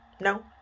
No